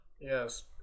yes